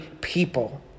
people